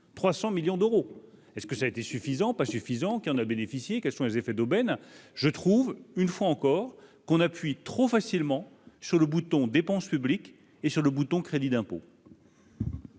300 millions d'euros est-ce que ça a été suffisant pas suffisant, qui en a bénéficié, quels sont les effets d'aubaine je trouve une fois encore qu'on appuie trop facilement sur le bouton dépense publique et sur le bouton, crédit d'impôt.